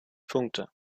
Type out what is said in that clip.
punkte